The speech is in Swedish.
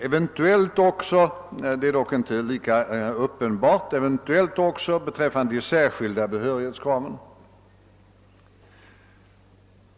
Eventuellt gäller detta också — dock inte lika uppenbart — beträffande de särskilda behörighetskraven.